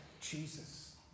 Jesus